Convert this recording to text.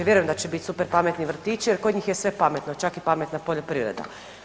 Vjerujem da će biti super pametni vrtići, jer kod njih je sve pametno, čak i pametna poljoprivreda.